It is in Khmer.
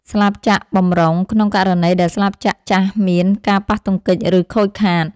ស្លាបចក្របម្រុង ក្នុងករណីដែលស្លាបចក្រចាស់មានការប៉ះទង្គិច ឬខូចខាត។